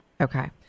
Okay